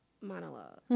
monologue